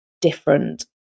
different